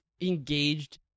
engaged